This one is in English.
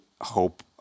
hope